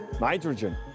nitrogen